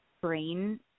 brain